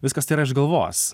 viskas tai yra iš galvos